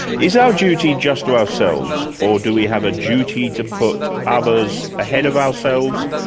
is our duty just to ourselves or do we have a duty to put others ahead of ourselves,